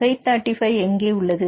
Y 35 எங்கு உள்ளது